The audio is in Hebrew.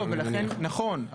נכון,